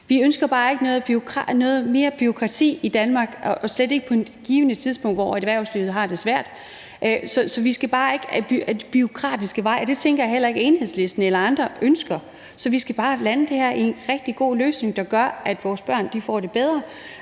Vi ønsker bare ikke mere bureaukrati i Danmark og slet ikke på et givent tidspunkt, hvor erhvervslivet har det svært. Så vi skal bare ikke gå ad den bureaukratiske vej. Det tænker jeg heller ikke Enhedslisten eller andre ønsker. Så vi skal bare lande det her i en rigtig god løsning, der gør, at vores børn får det bedre.